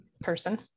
person